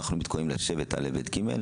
אנחנו מתכוננים לשבת א', ב', ג'.